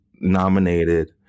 nominated